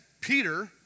Peter